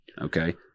okay